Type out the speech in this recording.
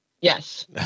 Yes